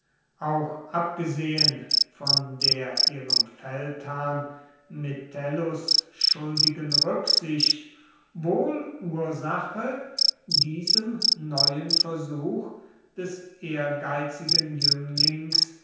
auch abgesehen von der ihrem feldherrn metellus schuldigen rücksicht wohl ursache diesem neuen versuch des ehrgeizigen jünglings